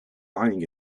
lying